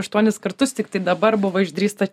aštuonis kartus tiktai dabar buvo išdrįsta